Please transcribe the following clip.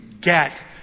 get